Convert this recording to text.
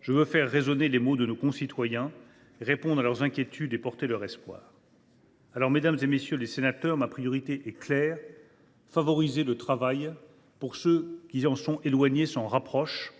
je veux faire résonner les mots de nos concitoyens, répondre à leurs inquiétudes et porter leurs espoirs. « Mesdames, messieurs les députés, ma priorité est claire : favoriser le travail, pour que ceux qui en sont éloignés s’en rapprochent,